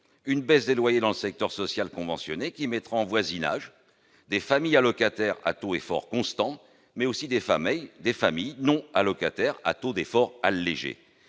une baisse des loyers dans le secteur social conventionné, qui mettra en voisinage des familles allocataires à taux d'effort constant et des familles non allocataires à taux d'effort allégé,